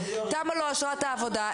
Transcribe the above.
תמה לו אשרת העבודה,